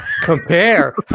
compare